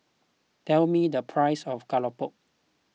tell me the price of Keropok